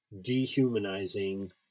dehumanizing